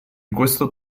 questo